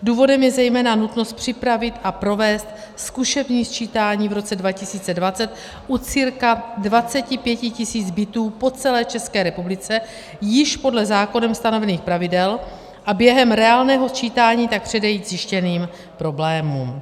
Důvodem je zejména nutnost připravit a provést zkušební sčítání v roce 2020 u cca 25 tis. bytů po celé České republice již podle zákonem ustanovených pravidel, a během reálného sčítání tak předejít zjištěným problémům.